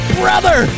brother